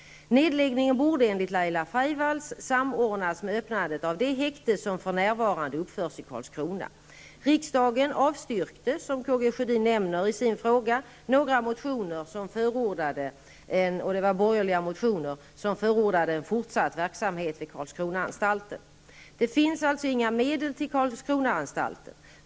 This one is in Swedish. Nedläggningen borde, enligt Laila Freivalds, samordnas med öppnandet av det häkte som för närvarande uppförs i Karlskrona. Riksdagen avstyrkte, som K G Sjödin nämner i sin fråga, några borgerliga motioner där man förordade en fortsatt verksamhet vid Karlskronaanstalten. Det finns alltså inga medel till Karlskronaanstalten.